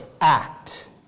act